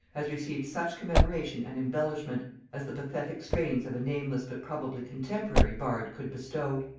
has received such commemoration and embellishment as the pathetic strains of a nameless but probably contemporary bard could bestow.